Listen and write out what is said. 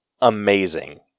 amazing